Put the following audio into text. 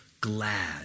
glad